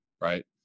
right